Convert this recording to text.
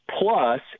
plus